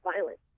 violence